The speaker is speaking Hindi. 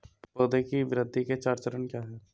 पौधे की वृद्धि के चार चरण क्या हैं?